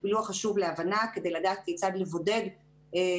הוא פילוח חשוב להבנה כדי לדעת כיצד לבודד פלחים